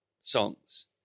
songs